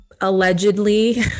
allegedly